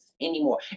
anymore